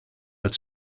with